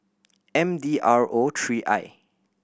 M D R O three I